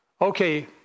Okay